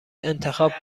انتخاب